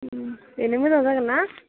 बेनो मोजां जागोन ना